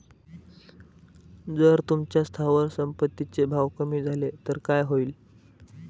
जर तुमच्या स्थावर संपत्ती चे भाव कमी झाले तर काय होईल?